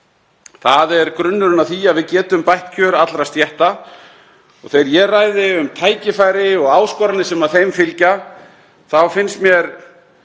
Það er grunnurinn að því að við getum bætt kjör allra stétta. Þegar ég ræði um tækifæri og áskoranir sem þeim fylgja þá finnst mér